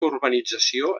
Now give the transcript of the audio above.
urbanització